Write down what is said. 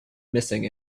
missing